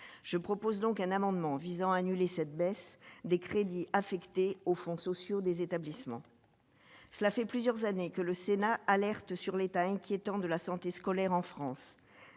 je propose donc un amendement visant à annuler cette baisse des crédits affectés aux fonds sociaux des établissements, cela fait plusieurs années que le Sénat, alerte sur l'état inquiétant de la santé scolaire en France